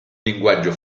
linguaggio